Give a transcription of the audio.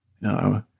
no